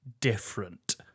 different